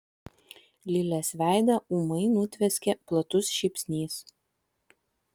lilės veidą ūmai nutvieskė platus šypsnys